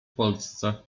polsce